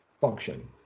function